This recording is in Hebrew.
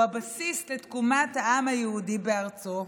הוא הבסיס לתקומת העם היהודי בארצו,